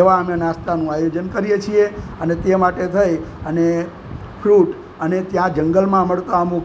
એવા અમે નાસ્તાનું આયોજન કરીએ છીએ અને તે માટે થઈ અને ફ્રૂટ અને ત્યાં જંગલમાં મળતાં અમુક ફ્રૂટ